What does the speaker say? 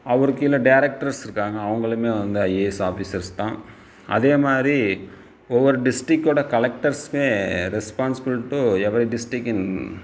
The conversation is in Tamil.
அவருக்கு கீழே டேரக்டெர்ஸ் இருக்காங்க அவங்களுமே வந்து ஐஏஎஸ் ஆஃபீஸர்ஸ் தான் அதே மாதிரி ஒவ்வொரு டிஸ்ட்ரிக்ட்டோட கலெக்ட்டர்ஸ்சுமே responsible to every district in